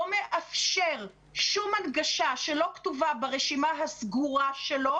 לא מאפשר שום הנגשה שלא כתובה ברשימה הסגורה שלו,